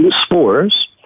spores